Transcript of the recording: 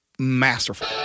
Masterful